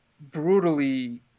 brutally